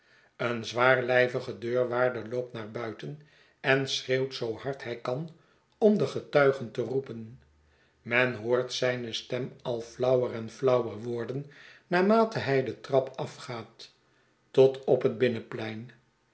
een zwaarlijvige deurwaarder loopt naar buiten en schreeuwt zoo hard hij kan om de getuigen te roepen men hoort zijne stem al flauwer en flauwer worden naarmate hij de trap afgaat tot op het